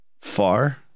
Far